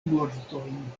mortojn